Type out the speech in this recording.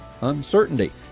uncertainty